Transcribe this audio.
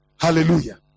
hallelujah